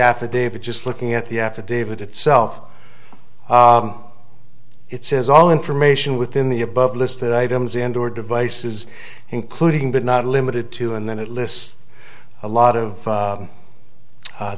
affidavit just looking at the affidavit itself it says all information within the above listed items indoor devices including but not limited to and then it lists a lot of